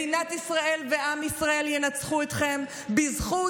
מדינת ישראל ועם ישראל ינצחו אתכם בזכות